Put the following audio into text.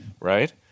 right